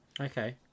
Okay